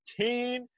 18